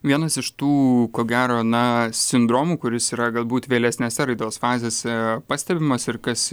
vienas iš tų ko gero na sindromų kuris yra galbūt vėlesnėse raidos fazėse pastebimas ir kas